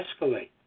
escalate